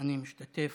אני משתתף